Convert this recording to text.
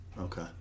Okay